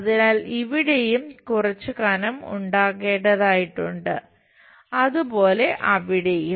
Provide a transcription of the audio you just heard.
അതിനാൽ ഇവിടെയും കുറച്ചു കനം ഉണ്ടാകേണ്ടതായിട്ടുണ്ട് അതുപോലെ അവിടെയും